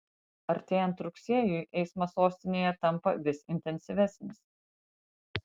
artėjant rugsėjui eismas sostinėje tampa vis intensyvesnis